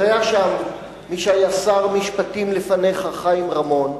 היה שם מי שהיה שר משפטים לפניך, חיים רמון,